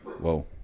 Whoa